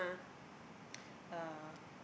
uh